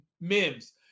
Mims